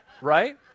Right